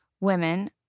women